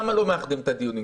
למה לא מאחדים כבר את הדיונים.